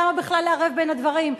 למה בכלל לערב בין הדברים?